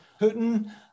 Putin